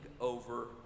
over